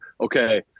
okay